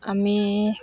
আমি